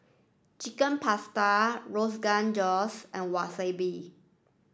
Chicken Pasta Rogan Josh and Wasabi